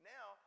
Now